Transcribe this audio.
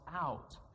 out